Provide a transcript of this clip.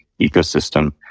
ecosystem